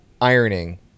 ironing